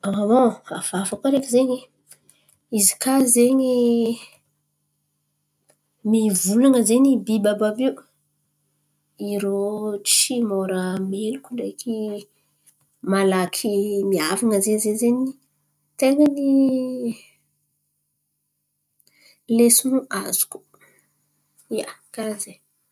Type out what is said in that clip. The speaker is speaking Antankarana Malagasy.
Hafa hafa koa areky izen̈y. Izy kà zen̈y nivolan̈a zen̈y irô biby àby àby iô, irô tsy môra meloko ndreky, malaky mihavan̈a, zen̈y, zen̈y ten̈a ny lesony azoko, ia, karà izen̈y.